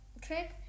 trick